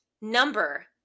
number